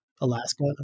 Alaska